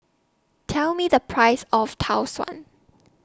Tell Me The Price of Tau Suan